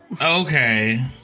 Okay